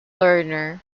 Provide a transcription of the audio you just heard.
lerner